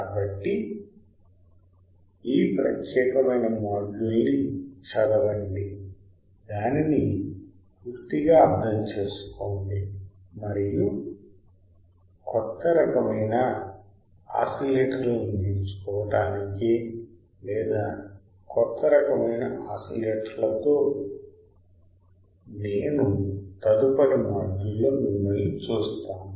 కాబట్టి ఈ ప్రత్యేకమైన మాడ్యూల్ ని చదవండి దాన్ని పూర్తిగా అర్థం చేసుకోండి మరియు కొత్త రకమైన ఆసిలేటర్లు నేర్చుకోవటానికి లేదా కొత్త రకమైన ఆసిలేటర్లతో నేను తదుపరి మాడ్యూల్లో మిమ్మల్ని చూస్తాను